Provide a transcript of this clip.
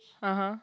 (uh huh)